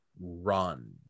run